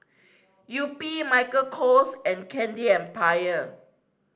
Yupi Michael Kors and Candy Empire